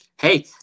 Hey